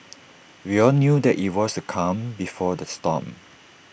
we all knew that IT was the calm before the storm